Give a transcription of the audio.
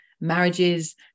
marriages